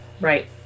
right